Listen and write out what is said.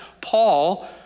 Paul